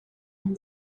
and